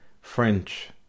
French